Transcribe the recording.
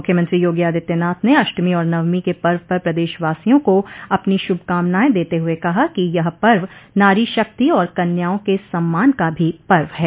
मुख्यमंत्री योगी आदित्यनाथ ने अष्टमी और नवमी के पर्व पर प्रदेशवासियों को अपनी शुभ कामनाएं देते हुए कहा कि यह पर्व नारी शक्ति और कन्याओं के सम्मान का भी पर्व है